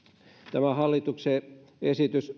tämä hallituksen esitys